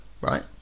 right